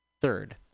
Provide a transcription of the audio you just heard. Third